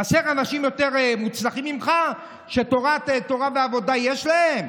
חסר אנשים יותר מוצלחים ממך שתורה ועבודה יש להם?